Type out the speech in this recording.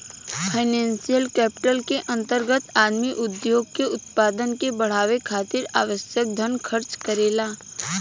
financial capital के अंतर्गत आदमी उद्योग के उत्पादन के बढ़ावे खातिर आवश्यक धन खर्च करेला